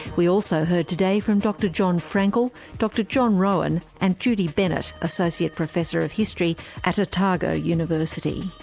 we also heard today from dr jon fraenkel, dr john roughan, and judy bennett, associate professor of history at otago university.